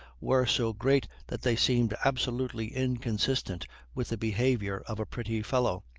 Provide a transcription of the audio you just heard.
were so great that they seemed absolutely inconsistent with the behavior of a pretty fellow,